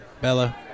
Bella